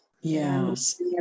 Yes